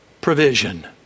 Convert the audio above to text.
provision